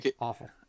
awful